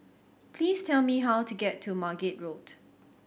please tell me how to get to Margate Road